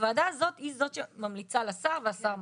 הוועדה הזאת היא זאת שממליצה לשר והשר מחליט,